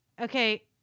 okay